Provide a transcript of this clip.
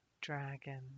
dragon